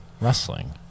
wrestling